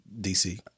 DC